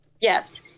Yes